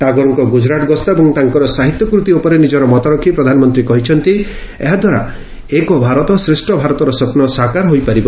ଟାଗୋରଙ୍କର ଗୁଜରାଟ ଗସ୍ତ ଏବଂ ତାଙ୍କର ସାହିତ୍ୟ କୂତି ଉପରେ ନିଜର ମତରଖି ପ୍ରଧାନମନ୍ତ୍ରୀ କହିଛନ୍ତି ଏହାଦ୍ୱାରା ଏକ୍ ଭାରତ ଶ୍ରେଷ୍ଠ ଭାରତର ସ୍ୱପ୍ନ ସାକାର ହୋଇପାରିବ